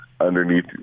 underneath